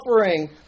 suffering